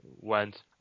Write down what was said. went